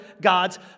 God's